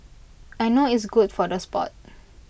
I know it's good for the Sport